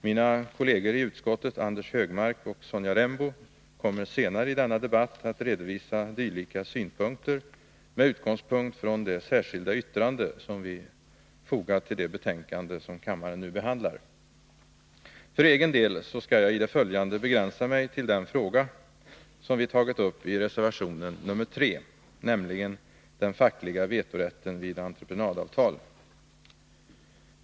Mina kolleger i utskottet, Anders Högmark och Sonja Rembo, kommer senare i denna debatt att redovisa dylika synpunkter med utgångspunkt i det särskilda yttrande som vi har fogat till det betänkande som kammaren nu behandlar. För egen del skall jag i det följande begränsa mig till den fråga som vi har tagit upp i reservation 3, nämligen den fackliga vetorätten vid entreprenadavtal.